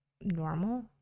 normal